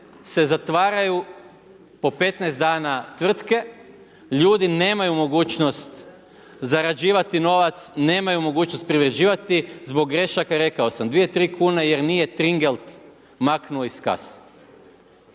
se zatvaraju po 15 dana tvrtke, ljudi nemaju mogućnost zarađivati novac, nemaju mogućnost priređivati, zbog grešaka, rekao sam, 2, 3 kune jer nije tringelt maknuo iz kase.